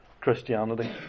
Christianity